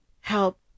help